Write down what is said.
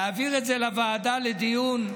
להעביר את זה לוועדה לדיון,